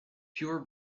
pure